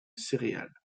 céréales